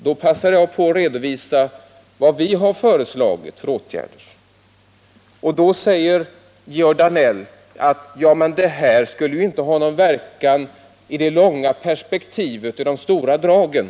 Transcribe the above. Då passade jag på att redovisa vilka åtgärder vi har föreslagit, men Georg Danell sade då att de inte skulle ha någon verkan i det långa perspektivet och i de stora dragen.